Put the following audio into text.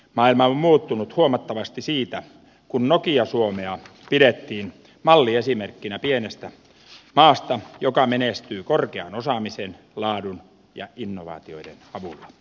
maailma on muuttunut huomattavasti siitä kun nokia suomea pidettiin malliesimerkkinä pienestä maasta joka menestyy korkean osaamisen laadun ja innovaatioiden avulla